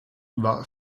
war